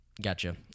Gotcha